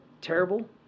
terrible